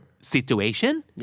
situation